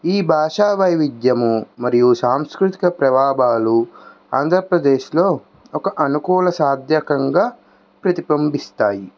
ఈ భాషా వైవిధ్యము మరియు సాంస్కృతిక ప్రభావాలు ఆంధ్రప్రదేశ్లో ఒక అనుకూల సాధ్యంగా ప్రతిబింబిస్తాయి